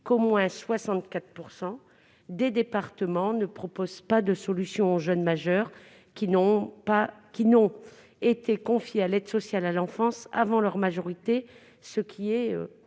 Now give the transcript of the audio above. qu'au moins 64 % des départements ne proposent pas de solution aux jeunes majeurs qui n'ont pas été confiés à l'ASE avant leur majorité, ce qui est